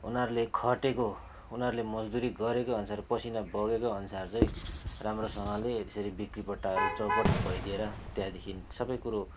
उनीहरूले खटेको उनीहरूले मजदुरी गरेको अनुसार पसिना बगेको अनुसार चाहिँ राम्रोसँगले यसरी बिक्रीपट्टाहरू चौपट भइदिएर त्यहाँदेखि सबै कुरो